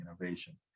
innovation